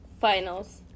Finals